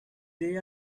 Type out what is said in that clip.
they